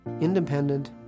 Independent